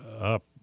up